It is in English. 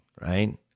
right